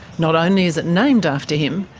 not only is it named after him,